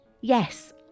Yes